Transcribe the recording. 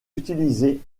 utilisés